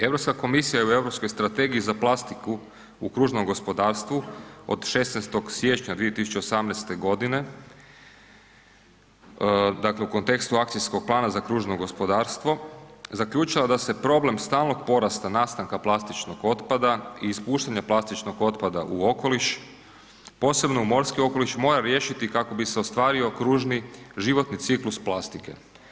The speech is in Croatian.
Europska komisija je u Europskoj strategiji za plastiku u kružnom gospodarstvu od 16. siječnja 2018. godine, dakle u kontekstu Akcijskog plana za kružno gospodarstvo zaključilo da se problem stalnog porasta nastanka plastičnog otpada i ispuštanja plastičnog otpada u okoliš, posebno u morski okoliš mora riješiti kako bi se ostvario kružni životni ciklus plastike.